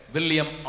William